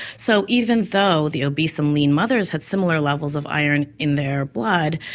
so even though the obese and lean mothers had similar levels of iron in their blood,